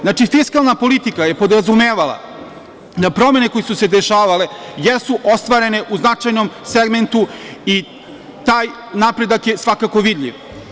Znači, fiskalna politika je podrazumevala da promene koje su se dešavale jesu ostvarene u značajnom segmentu i taj napredak je svakako vidljiv.